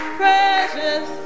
precious